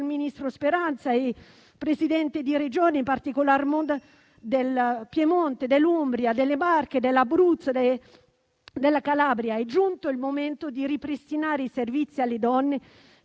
ministro Speranza e ai Presidenti di Regione, in particolare modo del Piemonte, dell'Umbria, delle Marche, dell'Abruzzo e della Calabria, per dire che è giunto il momento di ripristinare i servizi alle donne,